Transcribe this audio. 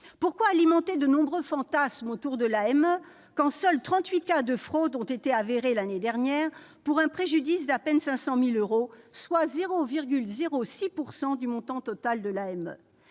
Pourquoi alimenter de nombreux fantasmes autour de l'AME, quand seuls 38 cas de fraude ont été constatés l'année dernière, pour un préjudice d'à peine 500 000 euros, soit 0,06 % du montant total de l'AME ?